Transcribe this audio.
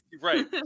right